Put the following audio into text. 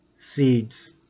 seeds